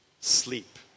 sleep